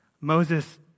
Moses